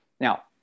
Now